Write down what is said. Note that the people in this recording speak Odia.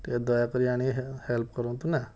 ଟିକେ ଦୟାକରି ଆଣି ଟିକେ ହେଲ୍ପ କରନ୍ତୁ ନା